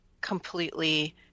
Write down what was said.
completely